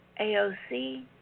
AOC